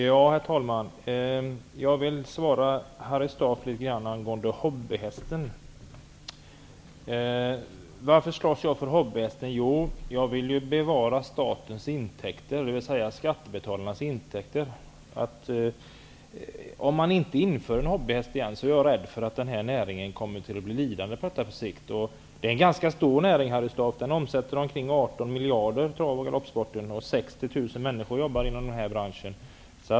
Herr talman! Jag vill svara Harry Staaf på frågan om hobbyhästen. Varför slåss jag för hobbyhästen? Jo, därför att jag vill bevara statens intäkter, dvs. skattebetalarnas intäkter. Om man inte inför hobbyhäst igen är jag rädd för att denna näring på sikt kommer att bli lidande. Det är en ganska stor näring, Harry Staaf. Trav och galoppsporten omsätter omkring 18 miljarder, och 60 000 människor jobbar inom branschen.